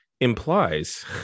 implies